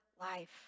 life